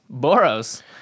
Boros